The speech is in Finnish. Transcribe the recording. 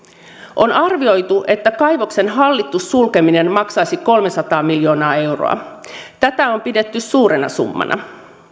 on arvioitu että kaivoksen hallittu sulkeminen maksaisi kolmesataa miljoonaa euroa tätä on pidetty suurena summana